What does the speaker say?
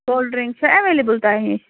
cold drink چھےٚ available تۄہہِ نش